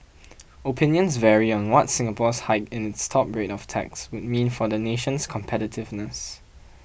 opinions vary on what Singapore's hike in its top rate of tax would mean for the nation's competitiveness